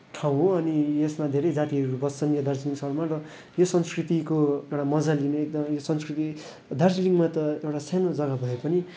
ठाउँ हो अनि यसमा धेरै जातिहरू बस्छन् यो दार्जिलिङ सहरमा र यो संस्कृतिको एउटा मज्जा लिने त यो संस्कृति दार्जिलिङमा त एउटा सानो जग्गा भए पनि